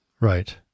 Right